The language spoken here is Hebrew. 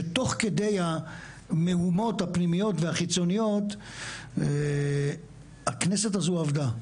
שתוך כדי המהומות הפנימיות והחיצוניות הכנסת הזו עבדה,